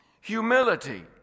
humility